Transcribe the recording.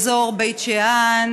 באזור בית שאן,